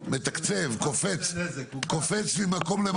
מתקצב, קופץ ממקום למקום.